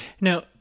now